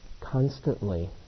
constantly